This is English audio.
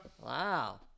Wow